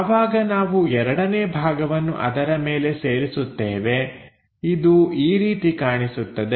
ಯಾವಾಗ ನಾವು ಎರಡನೇ ಭಾಗವನ್ನು ಅದರ ಮೇಲೆ ಸೇರಿಸುತ್ತೇವೆ ಇದು ಈ ರೀತಿ ಕಾಣಿಸುತ್ತದೆ